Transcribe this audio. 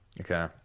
Okay